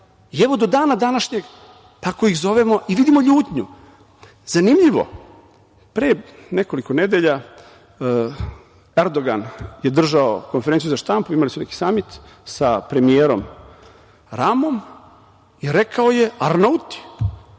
jeste. Do dana današnjeg tako ih zovemo i vidimo ljutnju. Zanimljivo, pre nekoliko nedelja Pardogan je držao konferenciju za štampu, imali su neki samit sa premijerom Ramom i rekao je - Arnauti,